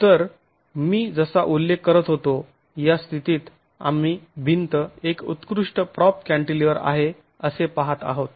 तर मी जसा उल्लेख करत होतो या स्थितीत आम्ही भिंत एक उत्कृष्ट प्राॅप कँटीलिवर आहे असे पाहत आहोत